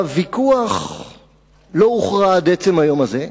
הוויכוח לא הוכרע עד עצם היום הזה.